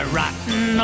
rotten